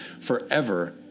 forever